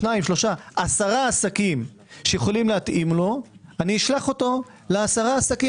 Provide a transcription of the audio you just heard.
עשרה עסקים שיכולים להתאים לו אשלח אותו לעשרה עסקים